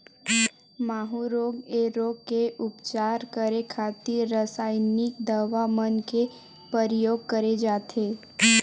माहूँ रोग ऐ रोग के उपचार करे खातिर रसाइनिक दवा मन के परियोग करे जाथे